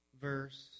verse